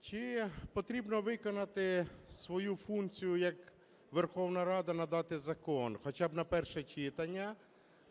Чи потрібно виконати свою функцію як Верховна Рада надати закон хоча б на перше читання?